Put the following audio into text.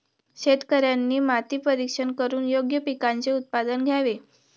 शेतकऱ्यांनी माती परीक्षण करून योग्य पिकांचे उत्पादन घ्यावे